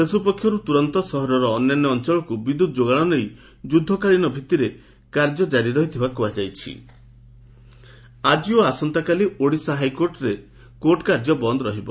ସେସୁ ପକ୍ଷରୁ ତୁରନ୍ତ ସହରର ଅନ୍ୟାନ୍ୟ ଅଞ୍ଞଳକୁ ବିଦ୍ୟୁତ୍ ଯୋଗାଣ ନେଇ ଯୁଦ୍ଧକାଳୀନ ଭିଭିରେ କାର୍ଯ୍ୟ କାରି ରହିଥିବା କୁହାଯାଇଛି କୋର୍ଟ କାର୍ଯ୍ୟ ବନ୍ଦ ଆକି ଓ ଆସନ୍ତାକାଲି ଓଡିଶା ହାଇକୋର୍ଟରେ କୋର୍ଟ କାର୍ଯ୍ୟ ବନ୍ଦ ରହିବ